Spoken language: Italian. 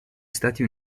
stati